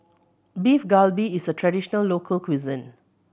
Beef Galbi is a traditional local cuisine